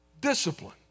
Discipline